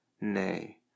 Nay